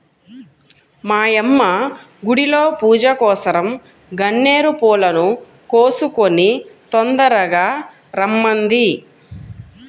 మా యమ్మ గుడిలో పూజకోసరం గన్నేరు పూలను కోసుకొని తొందరగా రమ్మంది